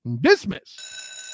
dismiss